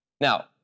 Now